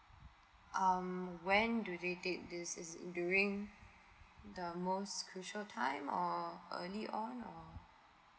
um when do they take this during the most crucial time or early on or